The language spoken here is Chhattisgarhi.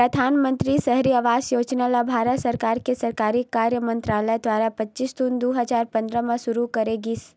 परधानमंतरी सहरी आवास योजना ल भारत सरकार के सहरी कार्य मंतरालय दुवारा पच्चीस जून दू हजार पंद्रह म सुरू करे गिस